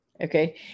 Okay